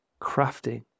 crafting